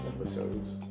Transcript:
episodes